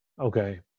Okay